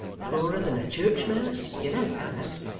poorer than a church mouse? you know that.